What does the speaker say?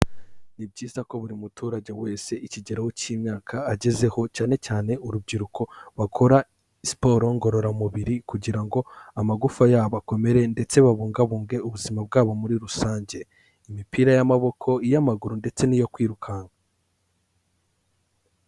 Ni byiza ko buri muturage wese ikigero cy'imyaka agezeho, cyane cyane urubyiruko bakora siporo ngororamubiri kugira ngo amagufa yabo akomere ndetse babungabunge ubuzima bwabo muri rusange, imipira y'amaboko, iy'amaguru ndetse n'iyo kwirukanka.